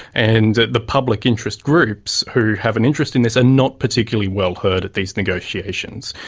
and the public interest groups who have an interest in this are not particularly well heard at these negotiations.